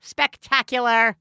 Spectacular